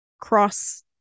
cross